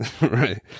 Right